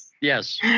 Yes